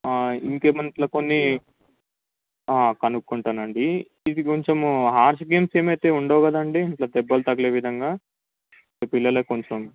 ఇంకా ఏమైనా ఇట్లా కొన్ని కనుక్కుంటాను అండి ఇది కొంచెము హార్ష్ గేమ్స్ ఏమైతే ఉండవు కదండీ ఇట్లా దెబ్బలు తగిలే విధంగా అంటే పిల్లలకు కొంచెం